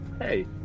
hey